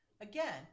again